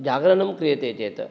जागरणं क्रियते चेत्